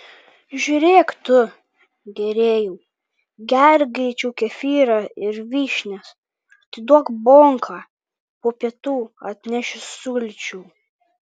žiūrėk tu gėrėjau gerk greičiau kefyrą ir vyšnias atiduok bonką po pietų atnešiu sulčių